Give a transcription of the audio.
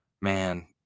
Man